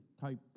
type